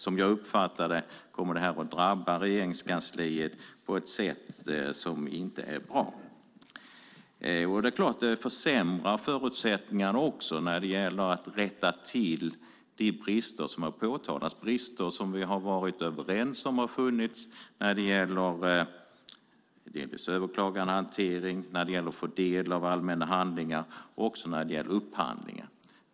Som jag uppfattar det kommer besparingen att drabba Regeringskansliet på ett sätt som inte är bra. Det försämrar även förutsättningarna för att kunna rätta till de brister som har påtalats, brister som vi varit överens om har funnits. Det gäller överklagandehanteringen, att kunna få del av allmänna handlingar och också upphandlingar.